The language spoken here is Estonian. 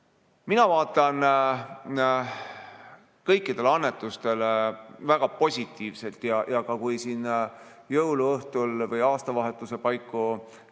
Mina vaatan kõikidele annetustele väga positiivselt. Ma usun, et kui jõuluõhtul või aastavahetuse paiku annetusi